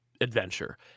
adventure